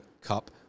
Cup